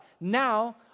Now